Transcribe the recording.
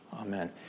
Amen